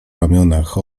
ramionach